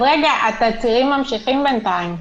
אז רגע, התצהירים ממשיכים בינתיים?